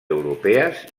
europees